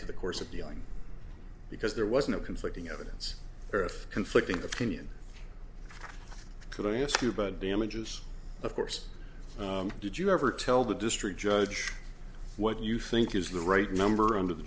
to the course of dealing because there was no conflicting evidence earth conflicting opinion could i ask you about damages of course did you ever tell the district judge what you think is the right number under the